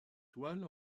toile